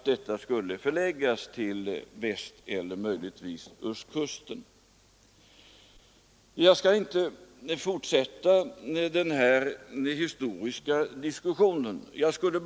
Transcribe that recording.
Det skulle lokaliseras till västeller östkusten.” Jag skall inte fortsätta det historiska resonemanget.